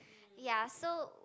ya so